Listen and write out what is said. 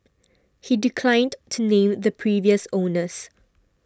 he declined to name the previous owners